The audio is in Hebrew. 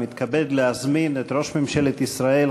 אני מתכבד להזמין את ראש ממשלת ישראל,